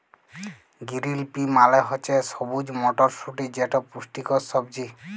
গিরিল পি মালে হছে সবুজ মটরশুঁটি যেট পুষ্টিকর সবজি